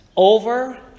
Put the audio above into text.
Over